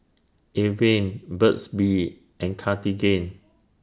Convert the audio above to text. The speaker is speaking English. Avene Burt's Bee and Cartigain